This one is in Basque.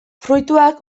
fruituak